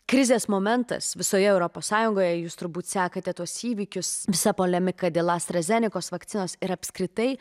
krizės momentas visoje europos sąjungoje jūs turbūt sekate tuos įvykius visa polemika dėl astra zenikos vakcinos ir apskritai